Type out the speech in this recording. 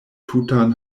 tutan